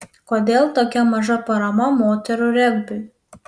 kodėl tokia maža parama moterų regbiui